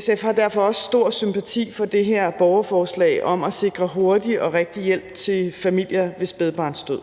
SF har derfor også stor sympati for det her borgerforslag om at sikre hurtig og rigtig hjælp til familier ved spædbarnsdød.